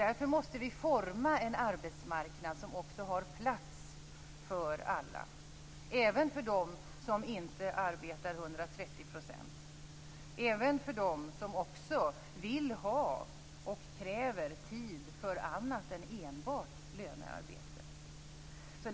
Därför måste vi forma en arbetsmarknad som också har plats för alla - även för dem som inte arbetar 130 %, även för dem som också vill ha och kräver tid för annat än enbart lönearbete.